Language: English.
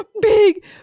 big